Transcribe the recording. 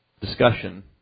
discussion